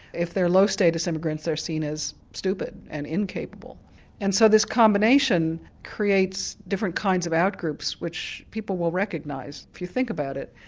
if they're low status immigrants they're seen as stupid and incapable and so this combination creates different kinds of out-groups which people will recognise, if you think about it.